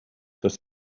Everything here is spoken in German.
das